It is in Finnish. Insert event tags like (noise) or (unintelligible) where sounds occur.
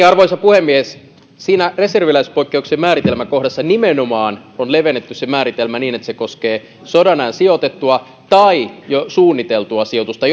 (unintelligible) arvoisa puhemies siinä reserviläispoikkeuksien määritelmäkohdassa on nimenomaan levennetty se määritelmä niin että se koskee sodanajan sijoitettua tai jo suunniteltua sijoitusta (unintelligible)